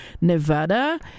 Nevada